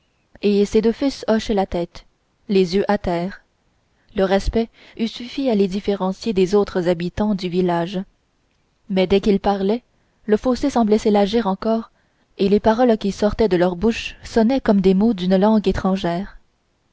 et ses deux fils hochaient la tête les yeux à terre leur aspect eût suffi à les différencier des autres habitants du village mais dès qu'ils parlaient le fossé semblait s'élargir encore et les paroles qui sortaient de leur bouche sonnaient comme des mots d'une langue étrangère